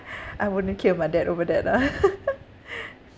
I wouldn't kill my dad over that lah